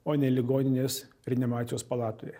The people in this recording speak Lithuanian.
o ne ligoninės reanimacijos palatoje